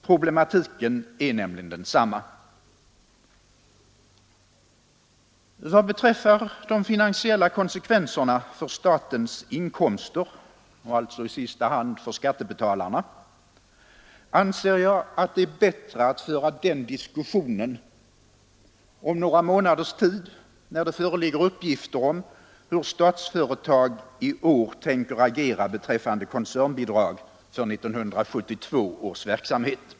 Problematiken är nämligen densamma. Vad beträffar de finansiella konsekvenserna för statens inkomster — och alltså i sista hand för skattebetalarna — anser jag att det är bättre att föra den diskussionen om några månaders tid när det föreligger uppgifter om hur Statsföretag i år tänker agera beträffande koncernbidrag för 1972 års verksamhet.